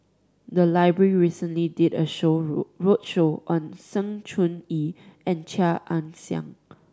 the library recently did a show road roadshow on Sng Choon Yee and Chia Ann Siang